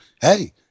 Hey